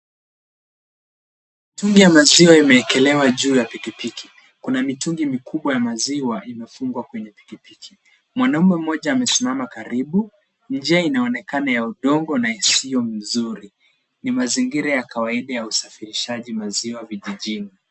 Mitungi ya maziwa imeekelewa juu ya pikipiki. Kuna mitungi mikubwa ya maziwa imefungwa kwenye pikipiki. Mwanaume mmoja amesimama karibu. Njia inaonekana ya udongo na isioyo mzuri. Ni mazingira ya kawaida ya usafirishaji maziwa vijijini.